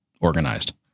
organized